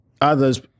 others